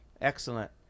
Excellent